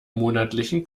monatlichen